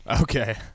Okay